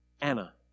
Anna